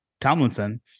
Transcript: Tomlinson